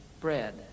bread